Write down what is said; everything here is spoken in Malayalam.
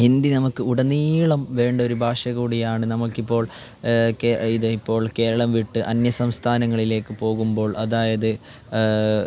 ഹിന്ദി നമുക്ക് ഉടനീളം വേണ്ട ഒരു ഭാഷ കൂടിയാണ് നമുക്കിപ്പോൾ കേ ഇതിപ്പോൾ കേരളം വിട്ട് അന്യസംസ്ഥാനങ്ങളിലേക്ക് പോകുമ്പോൾ അതായത്